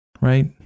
Right